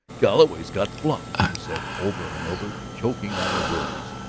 galloway's got fluff, he said over and over, choking on the words.